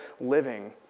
living